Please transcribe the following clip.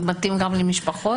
זה מתאים גם למשפחות?